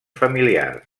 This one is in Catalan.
familiars